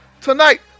Tonight